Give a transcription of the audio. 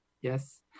yes